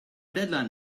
deadline